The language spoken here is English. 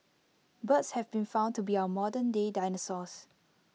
birds have been found to be our modernday dinosaurs